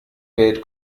welt